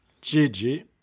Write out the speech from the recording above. Gigi